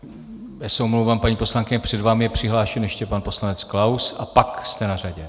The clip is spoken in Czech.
Já se omlouvám, paní poslankyně, před vámi je přihlášen ještě pan poslanec Klaus a pak jste na řadě.